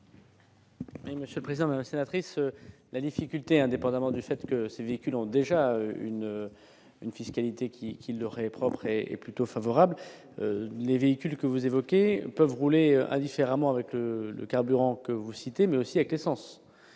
Monsieur le président, la sénatrice, la difficulté, indépendamment du fait que ces véhicules ont déjà une une fiscalité qui qui leur est propre, est plutôt favorable, les véhicules que vous évoquez peuvent rouler indifféremment avec le le carburant que vous citez, mais aussi avec les sens